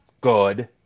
good